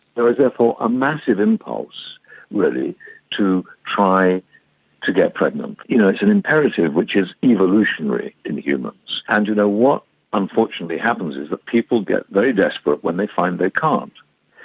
there is, therefore, a massive impulse really to try to get pregnant. you know it's an imperative which is evolutionary in humans. and you know what unfortunately happens is that people get very desperate when they find they can't.